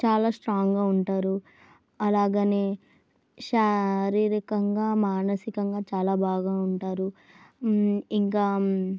చాలా స్ట్రాంగ్గా ఉంటారు అలాగే శారీరకంగా మానసికంగా చాలా బాగా ఉంటారు ఇంకా